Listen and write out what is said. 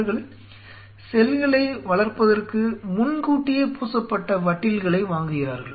அவர்கள் செல்களை வளர்ப்பதற்கு முன்கூட்டியே பூசப்பட்ட வட்டில்களை வாங்குகிறார்கள்